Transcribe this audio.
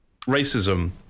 racism